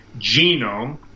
genome